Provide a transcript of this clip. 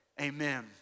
Amen